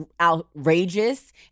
outrageous